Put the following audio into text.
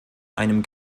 einem